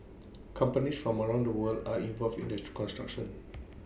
companies from around the world are involved in the construction